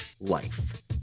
life